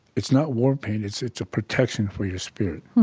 it's not war paint it's it's a protection for your spirit.